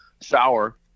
sour